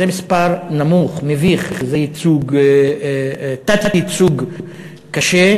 זה מספר נמוך, מביך, זה תת-ייצוג קשה,